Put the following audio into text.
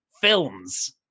films